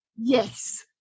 yes